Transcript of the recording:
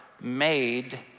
made